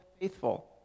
faithful